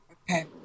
Okay